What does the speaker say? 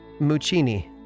Muccini